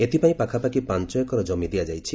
ଏଥିପାଇଁ ପାଖାପାଖି ପାଞ୍ଚ ଏକର ଜମି ଦିଆଯାଇଛି